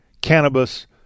cannabis